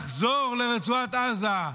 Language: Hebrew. לחזור לרצועת עזה,